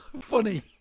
Funny